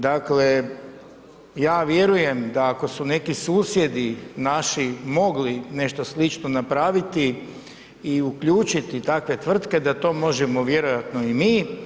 Dakle ja vjerujem da ako su neki susjedi naši mogli nešto slično napraviti i uključiti takve tvrtke da to možemo vjerojatno i mi.